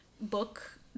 book